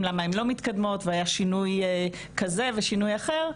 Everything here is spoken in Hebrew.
למה הן לא מתקדמות והיה שינוי כזה ושינוי אחר,